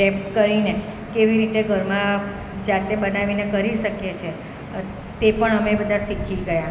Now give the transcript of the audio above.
rape કરીને કેવી રીતે ઘરમાં જાતે બનાવીને કરી શકીએ છે તે પણ અમે બધા શીખી ગયા